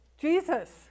Jesus